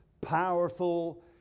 powerful